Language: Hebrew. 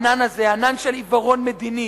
הענן הזה, ענן של עיוורון מדיני,